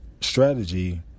strategy